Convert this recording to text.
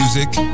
Music